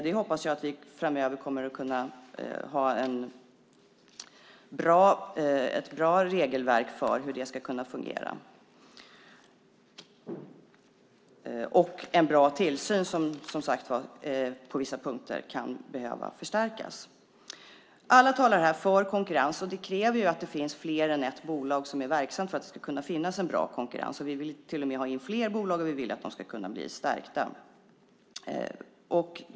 Vi hoppas att vi framöver kommer att kunna ha ett bra regelverk för hur det ska kunna fungera och en bra tillsyn som på vissa punkter, som sagt var, kan behöva förstärkas. Alla talar här för konkurrens, och det kräver att det finns fler än ett bolag som är verksamt för att det ska finnas en bra konkurrens. Vi vill till och med ha in fler bolag, och vill att de ska kunna bli stärkta.